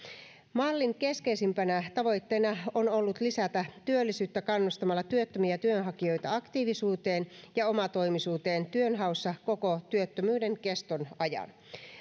mallin keskeisimpänä tavoitteena on ollut lisätä työllisyyttä kannustamalla työttömiä työnhakijoita aktiivisuuteen ja omatoimisuuteen työnhaussa koko työttömyyden keston ajan